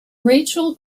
rachel